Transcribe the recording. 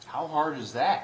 how hard is that